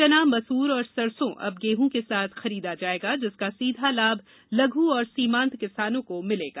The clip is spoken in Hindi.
चना मसूर और सरसों अब गेहूँ के साथ खरीदा जाएगा जिसका सीधा लाभ लघु एवं सीमांत किसानों को मिलेगा